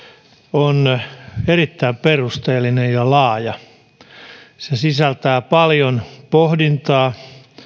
on erittäin perusteellinen ja laaja se sisältää paljon pohdintaa